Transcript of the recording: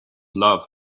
love